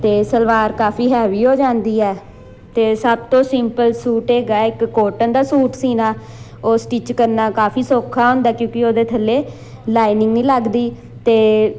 ਅਤੇ ਸਲਵਾਰ ਕਾਫ਼ੀ ਹੈਵੀ ਹੋ ਜਾਂਦੀ ਹੈ ਅਤੇ ਸਭ ਤੋਂ ਸਿੰਪਲ ਸੂਟ ਹੈਗਾ ਹੈ ਇੱਕ ਕੋਟਨ ਦਾ ਸੂਟ ਸੀਣਾ ਉਹ ਸਟਿੱਚ ਕਰਨਾ ਕਾਫ਼ੀ ਸੌਖਾ ਹੁੰਦਾ ਕਿਉਂਕਿ ਉਹਦੇ ਥੱਲੇ ਲਾਈਨਿੰਗ ਨਹੀਂ ਲੱਗਦੀ ਅਤੇ